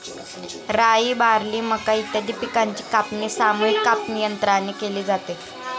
राई, बार्ली, मका इत्यादी पिकांची कापणी सामूहिक कापणीयंत्राने केली जाते